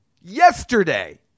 yesterday